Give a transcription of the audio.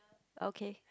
okay